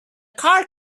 car